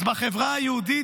אז בחברה היהודית,